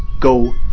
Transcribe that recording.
go